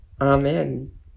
amen